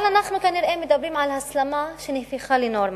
אבל אנחנו כנראה מדברים על הסלמה שנהפכה לנורמה.